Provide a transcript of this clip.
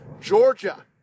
Georgia